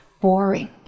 boring